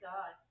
God